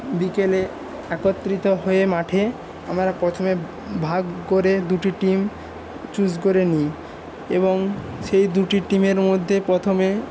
বিকেলে একত্রিত হয়ে মাঠে আমরা প্রথমে ভাগ করে দুটি টিম চুজ করে নিই এবং সেই দুটি টিমের মধ্যে প্রথমে